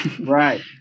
Right